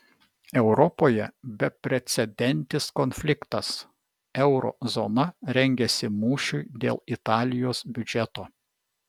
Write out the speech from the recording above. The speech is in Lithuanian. europoje beprecedentis konfliktas euro zona rengiasi mūšiui dėl italijos biudžeto